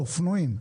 לאופנועים?